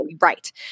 right